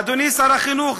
אדוני שר החינוך,